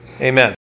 amen